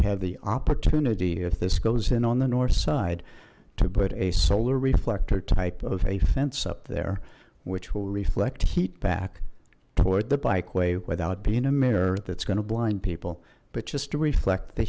have the opportunity if this goes in on the north side to put a solar reflector type of a fence up there which will reflect heat back toward the bike way without being a mirror that's going to blind people but just to reflect the